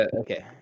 Okay